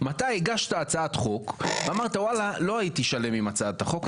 מתי הגשת הצעת חוק ואמרת: לא הייתי שלם עם הצעת החוק,